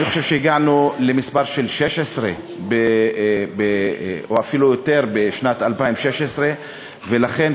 אני חושב שהגענו למספר של 16 או אפילו יותר בשנת 2016. ולכן,